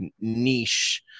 niche